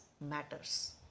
matters